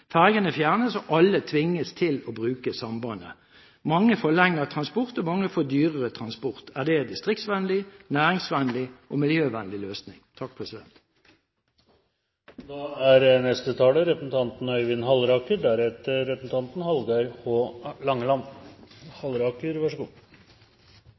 Ferjene fjernes og alle tvinges til å bruke sambandet. Mange får lengre transportvei, og mange får dyrere transport. Er dette en distriktsvennlig, næringsvennlig og miljøvennlig løsning? Det er